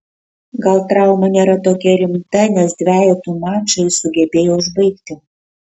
gal trauma nėra tokia rimta nes dvejetų mačą jis sugebėjo užbaigti